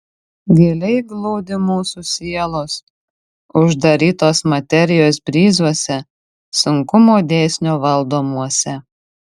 giliai glūdi mūsų sielos uždarytos materijos bryzuose sunkumo dėsnio valdomuose